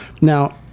Now